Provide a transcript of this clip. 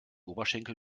oberschenkel